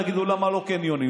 תגידו למה לא קניונים,